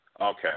Okay